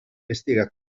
estiga